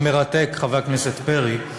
המרתק, חבר הכנסת פרי,